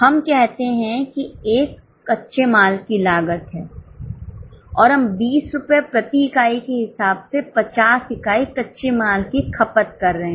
हम कहते हैं कि एक कच्चे माल की लागत है और हम 20 रुपये प्रति इकाई के हिसाब से 50 इकाई कच्चे माल की खपत कर रहे हैं